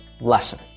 lesson